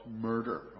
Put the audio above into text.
murder